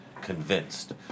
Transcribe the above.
convinced